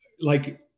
like-